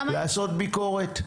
לעשות ביקורת.